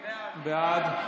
בעד,